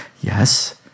yes